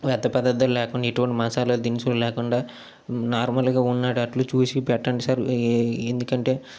వ్యర్థ పదార్థాలు లేకుండా ఎటువంటి మసాలా దినుసులు లేకుండా నార్మల్గా ఉండేటట్లు చూసి పెట్టండి సార్ ఈ ఎందుకంటే